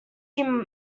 you